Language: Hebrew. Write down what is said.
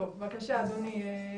בבקשה אדוני,